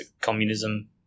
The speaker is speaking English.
communism